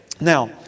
now